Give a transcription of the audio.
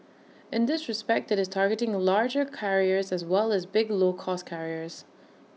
in this respect IT is targeting larger carriers as well as big low cost carriers